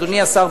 אדוני השר,